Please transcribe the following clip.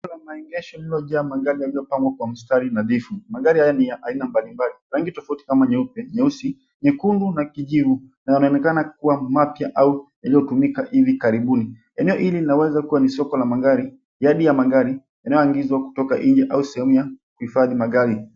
Eneo la maegesho, lililo jaa magari zilizopangwa kwa mstari nadhifu. Magari haya ni ya aina mbalimbali, rangi tofauti kama nyeupe, nyeusi, nyekundu na kijivu, na unaonekana kuwa mapya au yaliyotumika hivi karibuni. Eneo hili linaweza kuwa ni soko la magari, yadi ya magari yanayoagizwa kutoka nje, au sehemu ya kuhifadhi magari.